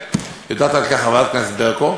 יודעת על כך חברת הכנסת ברקו,